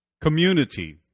Community